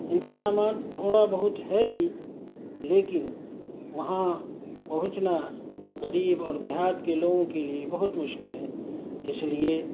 انتظامات تھوڑا بہت ہے بھی لیکن وہاں پہنچنا غریب اور دیہات کے لوگوں کے لیے بہت مشکل ہے اس لیے